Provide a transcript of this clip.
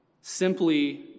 Simply